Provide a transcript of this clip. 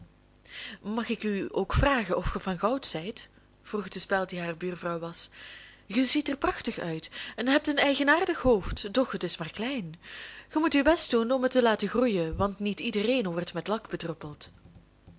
mag ik u ook vragen of ge van goud zijt vroeg de speld die haar buurvrouw was ge ziet er prachtig uit en hebt een eigenaardig hoofd doch het is maar klein ge moet uw best doen om het te laten groeien want niet iedereen wordt met lak